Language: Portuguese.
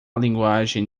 linguagem